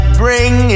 bring